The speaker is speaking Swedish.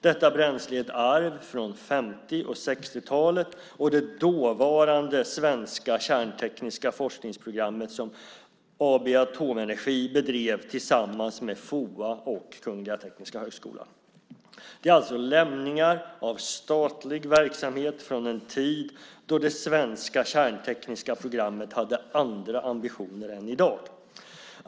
Detta bränsle är ett arv från 50 och 60-talet och det dåvarande svenska kärntekniska forskningsprogram som AB Atomenergi bedrev tillsammans med FOA och KTH. Det är alltså lämningar av statlig verksamhet från en tid då det svenska kärntekniska programmet hade andra ambitioner än i dag.